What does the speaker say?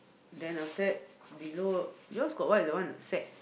then after that below yours got what is the one the sack